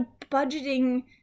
budgeting